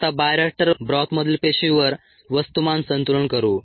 आता बायोरिएक्टर ब्रॉथमधील पेशींवर वस्तुमान संतुलन करू